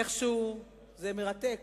איכשהו זה מרתק